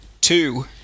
Two